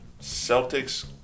Celtics